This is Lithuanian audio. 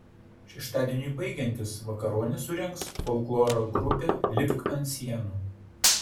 šeštadieniui baigiantis vakaronę surengs folkloro grupė lipk ant sienų